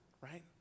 right